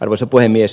arvoisa puhemies